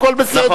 הכול בסדר.